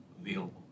available